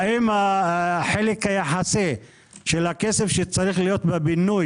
האם החלק היחסי של הכסף שצריך להיות בבינוי